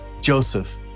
Joseph